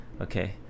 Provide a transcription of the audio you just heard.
Okay